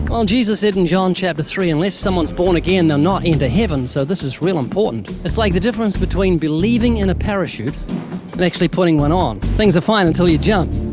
well, jesus said in john chapter three, unless someone's born again, they'll not enter heaven, so this is real important. it's like the difference between believing in a parachute and actually putting one on. things are fine until you jump,